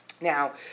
Now